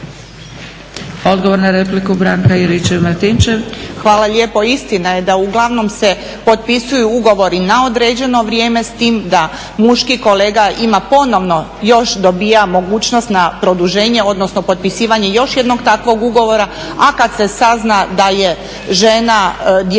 Odgovor na repliku, Branka Juričev-Martinčev.